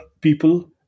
people